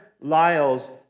Lyle's